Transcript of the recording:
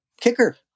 kicker